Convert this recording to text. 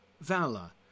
Vala